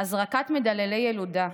הזרקת מדללי ילודה,